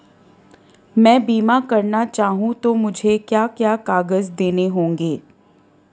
मैं बीमा करना चाहूं तो मुझे क्या क्या कागज़ देने होंगे?